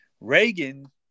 Reagan